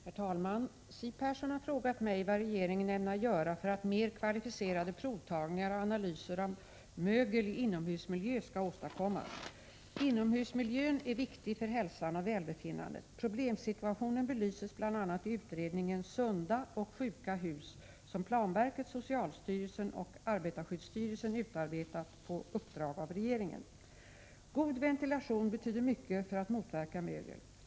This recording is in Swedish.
Herr talman! Siw Persson har frågat mig vad regeringen ämnar göra för att mer kvalificerade provtagningar och analyser av mögel i inomhusmiljö skall åstadkommas. Inomhusmiljön är viktig för hälsan och välbefinnandet. Problemsituationen belyses bl.a. i utredningen ”Sunda och sjuka hus”, som planverket, socialstyrelsen och arbetarskyddsstyrelsen utarbetat på uppdrag av regeringen. God ventilation betyder mycket för att motverka mögel.